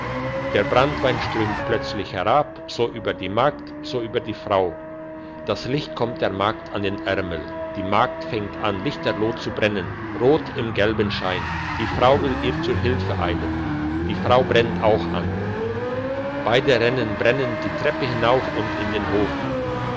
der branntwein strömt plötzlich herab so über die magd so über die frau das licht kommt der magd an den ärmel die magd fangt an lichterloh zu brennen rot mit gelbem schein die frau will ihr zu hilfe eilen die frau brennt auch an beide rennen brennend die treppe hinauf in den hof